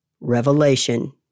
Revelation